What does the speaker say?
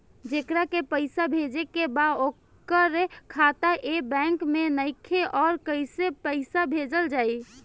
जेकरा के पैसा भेजे के बा ओकर खाता ए बैंक मे नईखे और कैसे पैसा भेजल जायी?